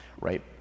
right